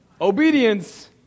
Obedience